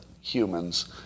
humans